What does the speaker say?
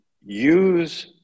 use